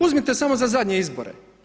Uzmite samo za zadnje izbore.